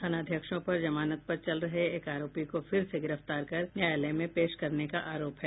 थानाध्यक्षों पर जमानत पर चल रहे एक आरोपी को फिर से गिरफ्तार कर न्यायालय में पेश करने का आरोप है